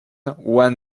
one